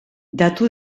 datu